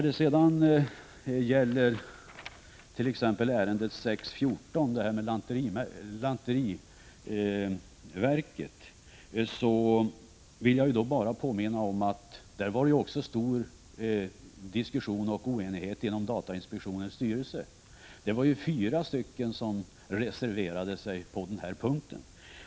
Beträffande t.ex. ärende 6.14, som gäller lantmäteriverket, vill jag bara påminna om att det i det fallet var stor diskussion och oenighet inom datainspektionens styrelse. Fyra ledamöter reserverade sig på den punkten.